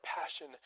passion